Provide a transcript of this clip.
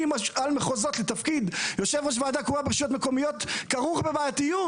על מחוזות לתפקיד יושב ראש ועדת קרואה ברשויות מקומיות כרוך בבעייתיות,